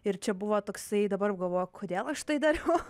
ir čia buvo toksai dabar galvoju kodėl aš tai dariau